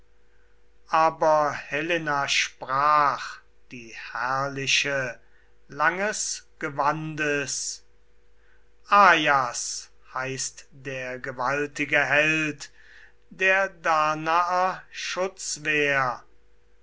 aber helena sprach die herrliche langes gewandes ajas heißt der gewaltige held der danaer